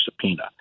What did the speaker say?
subpoena